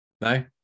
No